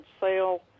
sale